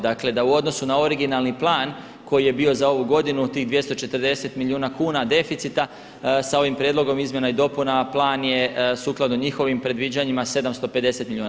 Dakle da u odnosu na originalni plan koji je bio za ovu godinu od tih 240 milijuna kuna deficita sa ovim prijedlogom izmjena i dopuna plan je sukladno njihovim predviđanjima 750 milijuna.